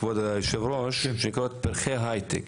כבוד היושב-ראש, שנקראות "פרחי ההייטק".